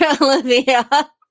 Olivia